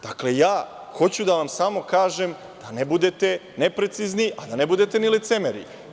Dakle, ja hoću da vam samo kažem da ne budete neprecizni, a da ne budete ni licemeri.